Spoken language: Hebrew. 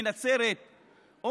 מנצרת או